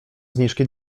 zniżki